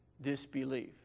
disbelief